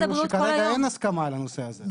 הבריאות שכרגע אין הסכמה על הנושא הזה.